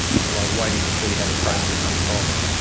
if you like, waiting to see how the process unfolds.